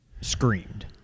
screamed